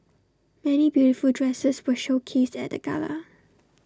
many beautiful dresses were showcased at the gala